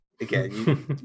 again